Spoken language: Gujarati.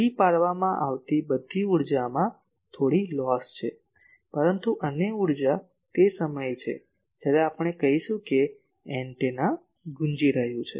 પૂરી પાડવામાં આવતી બધી ઊર્જા માં થોડી લોસ છે પરંતુ અન્ય ઊર્જા તે સમયે છે જ્યારે આપણે કહીશું કે એન્ટેના ગુંજી રહ્યું છે